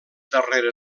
darrera